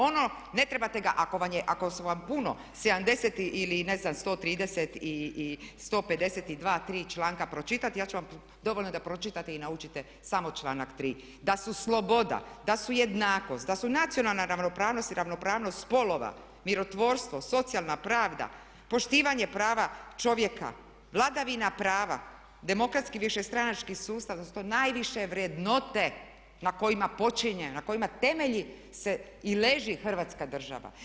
Ono ne trebate ga, ako su vam puno 70 ili ne znam 130 i 152, tri članka pročitati ja ću vam, dovoljno je da pročitate i naučite samo članak 3. Da su sloboda, da su jednakost, da su nacionalna ravnopravnost i ravnopravnost spolova, mirotvorstvo, socijalna pravda, poštivanje prava čovjeka, vladavina prava, demokratski višestranački sustav, da su to najviše vrednote na kojima počinje, na kojima temelji se i leži Hrvatska država.